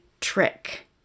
trick